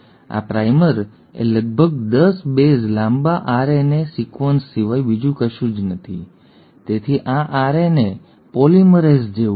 હવે પ્રાઇમર એ લગભગ 10 બેઝ લાંબા આરએનએ સિક્વન્સ સિવાય બીજું કશું જ નથી તેથી આ આરએનએ પોલિમરેઝ જેવું છે